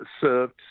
served